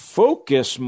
focus